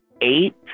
eight